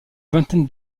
vingtaine